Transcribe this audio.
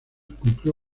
cumplió